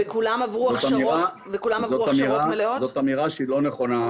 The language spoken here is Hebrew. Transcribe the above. זאת אמירה שהיא לא נכונה.